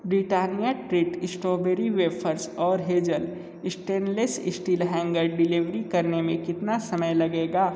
Britannia treat strawberry wafers और hazel stainless steel hanger deliver करने मे कितना समय लगेगा